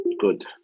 Good